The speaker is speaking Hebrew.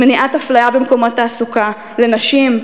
למניעת אפליה במקומות תעסוקה לנשים,